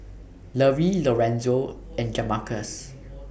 Lovie Lorenzo and Jamarcus